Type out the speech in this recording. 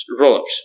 rollups